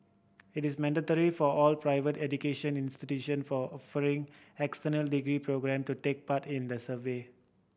it is mandatory for all private education institutions for offering external degree programme to take part in the survey